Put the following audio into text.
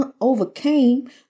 overcame